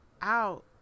out